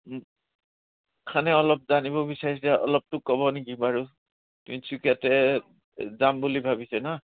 খানে অলপ জানিব বিচাৰিছে অলপটো ক'ব নেকি বাৰু তিনিচুকীয়াতে যাম বুলি ভাবিছোঁ না